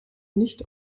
nicht